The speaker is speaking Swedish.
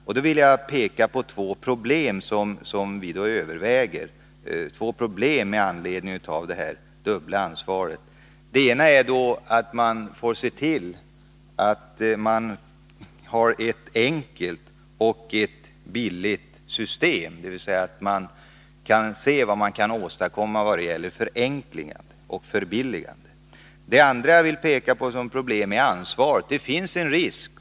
Jag vill visa på två problem, som vi nu försöker lösa, med anledning av detta dubbla ansvar. Det ena är att man får se till att man har ett enkelt och billigt system. Vi skall se vad vi kan åstadkomma av förenklingar och förbilligande. Det andra problemet gäller ansvaret.